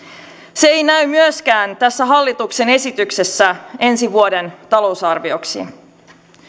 se ei näy myöskään tässä hallituksen esityksessä ensi vuoden talousarvioksi